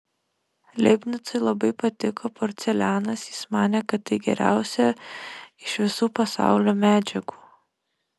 leibnicui labai patiko porcelianas jis manė kad tai geriausia iš visų pasaulio medžiagų